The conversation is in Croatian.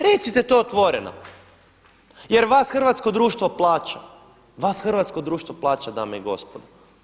Recite to otvoreno jer vas hrvatsko društvo plaća, vas hrvatsko društvo plaća dame i gospodo.